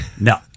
no